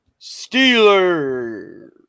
Steelers